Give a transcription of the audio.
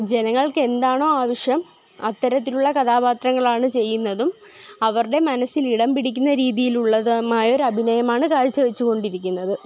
ജനങ്ങൾക്ക് എന്താണോ ആവശ്യം അത്തരത്തിലുള്ള കഥാപാത്രങ്ങങ്ങളാണ് ചെയ്യുന്നതും അവരുടെ മനസ്സിൽ ഇടം പിടിക്കുന്ന രീതിയിലുള്ളതുമായൊരു അഭിനയമാണ് കാഴ്ചവെച്ചുകൊണ്ടിരിക്കുന്നത്